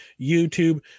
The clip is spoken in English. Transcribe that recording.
youtube